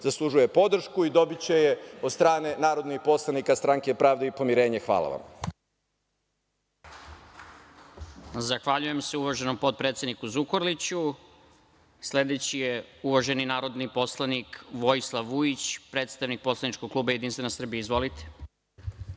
zaslužuje podršku i dobiće je od strane narodnih poslanika Stranke pravde i pomirenja. Hvala vam. **Stefan Krkobabić** Zahvaljujem se uvaženom potpredsedniku Zukorliću. Sledeći je uvaženi narodni poslanik Vojislav Vujić, predstavnik poslaničkog kluba JS.Izvolite.